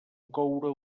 coure